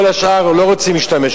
וכל השאר לא רוצים להשתמש,